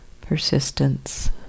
persistence